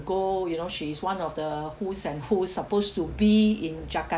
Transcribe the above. you know she is one of the who's and who supposed to be in jakarta